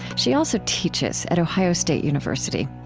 she also teaches at ohio state university.